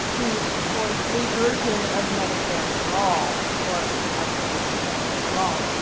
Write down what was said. who supports a version of medicare for all or actually just medicare for all.